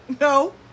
No